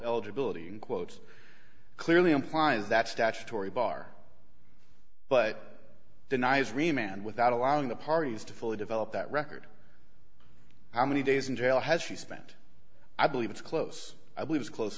eligibility in quotes clearly implies that statutory bar but denies remain and without allowing the parties to fully develop that record how many days in jail has she spent i believe it's close i believe is close